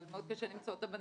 אבל מאוד קשה --- שבעצם